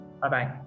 Bye-bye